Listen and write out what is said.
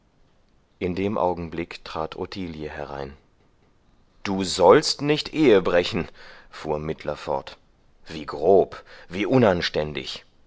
in dem augenblick trat ottilie herein du sollst nicht ehebrechen fuhr mittler fort wie grob wie unanständig